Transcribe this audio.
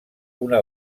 una